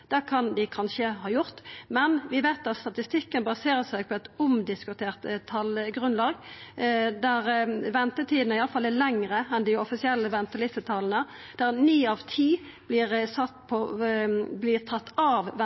Det kan dei kanskje har gjort, men vi veit at statistikken baserar seg på eit omdiskutert talgrunnlag, der ventetidene i alle fall er lenger enn dei offisielle ventelistetala. Ni av ti blir tatt av ventelista før behandling og blir